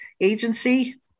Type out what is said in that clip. Agency